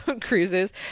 cruises